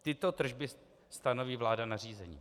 Tyto tržby stanoví vláda nařízením.